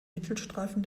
mittelstreifen